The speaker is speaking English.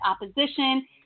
opposition